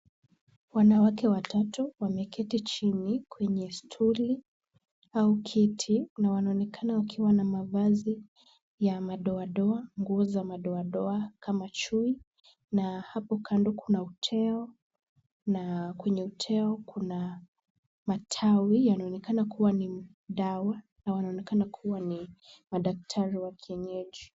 Wanawake watatu wameketi chini kwenye stuli au kiti na wanaonekana wakiwa na mavazi ya madoa doa, nguo za madoa doa kama chui na hapo kando kuna hotel na kwenye hotel kuna matawi ,yanaonekana kuwa ni dawa na wanaonekana kuwa ni madaktari wa kienyeji.